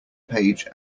page